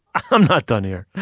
i'm not done here.